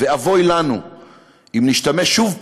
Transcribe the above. ואבוי לנו אם נשתמש שוב פעם,